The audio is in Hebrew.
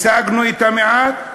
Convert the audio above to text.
השגנו את המעט.